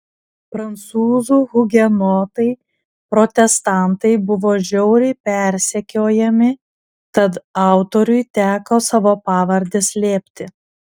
prancūzų hugenotai protestantai buvo žiauriai persekiojami tad autoriui teko savo pavardę slėpti